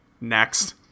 Next